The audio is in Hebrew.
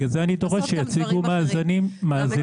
בגלל זה אני דורש שהם יציגו מאזנים שנתיים.